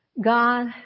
God